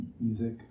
music